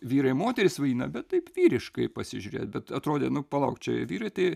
vyrai moterys vaidina bet taip vyriškai pasižiūrėt bet atrodė nu palauk čia vyrai tai